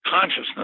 consciousness